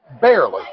barely